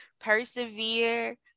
persevere